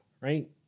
right